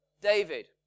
David